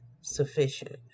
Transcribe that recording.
sufficient